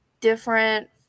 different